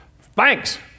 Thanks